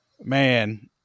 Man